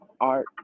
art